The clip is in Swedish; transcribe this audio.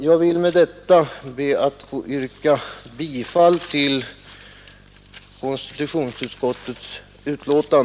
Jag vill med dessa ord få yrka bifall till konstitutionsutskottets hemställan.